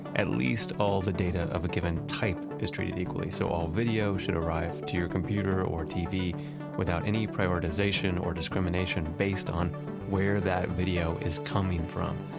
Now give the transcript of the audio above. at least all the data of a given type is treated equally, so all video should arrive to your computer or tv without any prioritization or discrimination based on where that video is coming from.